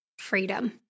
freedom